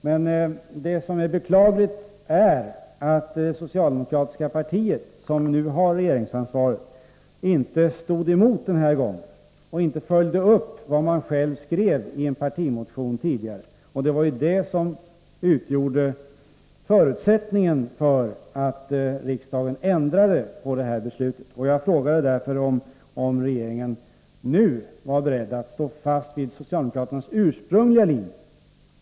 Men det beklagliga är att det socialdemokratiska partiet, som nu har regeringsansvaret, inte stod emot den här gången och inte följde upp det som skrevs i en socialdemokratisk partimotion tidigare. Det var det som utgjorde förutsättningen för riksdagen att ändra på beslutet. Jag frågade därför om regeringen nu var beredd att stå fast vid socialdemokraternas ursprungliga linje.